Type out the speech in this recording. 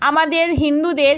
আমাদের হিন্দুদের